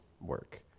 work